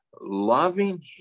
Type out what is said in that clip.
loving